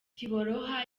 tiboroha